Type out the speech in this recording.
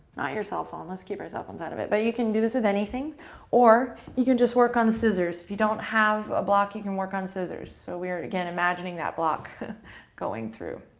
not your cell phone. let's keep our cell phones out of it. but you can do this with anything or you can just work on the scissors. if you don't have a block, you can work on scissors. so we're, again, imagining that block going through.